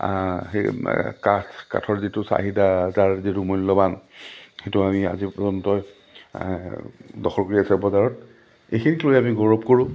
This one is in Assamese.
সেই কাঠ কাঠৰ যিটো চাহিদা তাৰ যিটো মূল্যৱান সেইটো আমি আজি পৰ্যন্তই দখল কৰি আছে বজাৰত এইখিনিক লৈয়ে আমি গৌৰৱ কৰোঁ